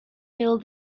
fill